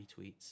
retweets